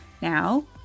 Now